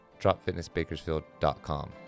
dropfitnessbakersfield.com